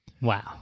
Wow